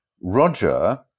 Roger